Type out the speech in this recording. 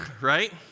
right